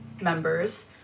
members